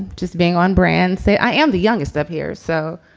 just being on brands say i am the youngest up here. so,